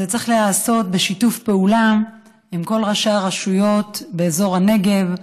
זה צריך להיעשות בשיתוף פעולה עם כל ראשי הרשויות באזור הנגב,